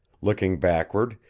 looking backward,